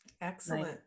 Excellent